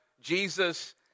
Jesus